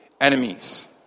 enemies